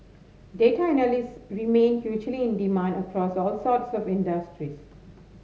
data analysts remain hugely in demand across all sort serve industries